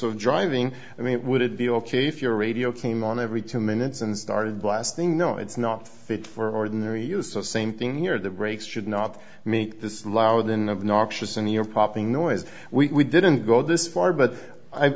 of driving i mean would it be ok for your radio came on every two minutes and started blasting no it's not fit for ordinary use the same thing here the brakes should not make this loud and obnoxious and you're popping noise we didn't go this far but i